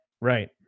Right